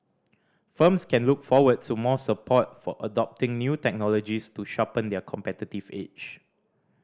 firms can look forward to more support for adopting new technologies to sharpen their competitive edge